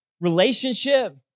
relationship